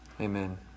Amen